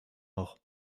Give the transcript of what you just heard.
mort